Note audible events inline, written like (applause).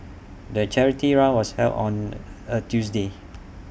the charity run was held on (hesitation) A Tuesday